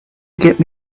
get